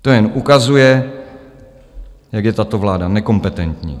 To jen ukazuje, jak je tato vláda nekompetentní.